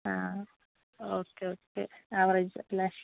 ആ okay okay average അല്ലേ